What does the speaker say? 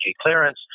clearance